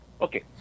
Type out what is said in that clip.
Okay